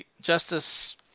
Justice